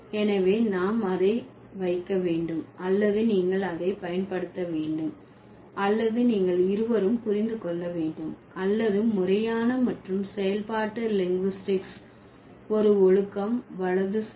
எனவே நாம் அதை வைக்க வேண்டும் அல்லது நீங்கள் அதை பயன்படுத்த வேண்டும் அல்லது நீங்கள் இருவரும் புரிந்து கொள்ள வேண்டும் அல்லது முறையான மற்றும் செயல்பாட்டு லிங்குஸ்டிக்ஸ் ஒரு ஒழுக்கம் வலது சரி